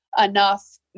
enough